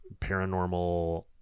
paranormal